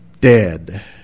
dead